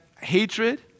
hatred